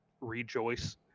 rejoice